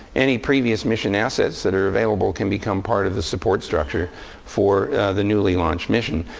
any previous mission assets that are available can become part of the support structure for the newly launched mission.